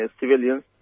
civilians